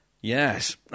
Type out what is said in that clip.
Yes